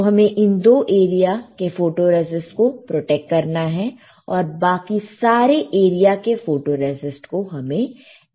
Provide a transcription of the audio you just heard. तो हमें इन दो एरिया के फोटोरेसिस्ट को प्रोटेक्ट करना है और बाकी सारे एरिया के फोटोरेसिस्ट को हमें एच करना है